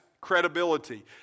credibility